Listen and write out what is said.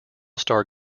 star